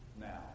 now